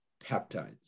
peptides